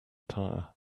tire